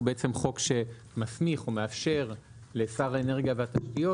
זה בעצם חוק שמסמיך ומאשר לשר האנרגיה והתשתיות